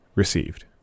received